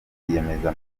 rwiyemezamirimo